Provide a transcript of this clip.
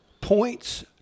points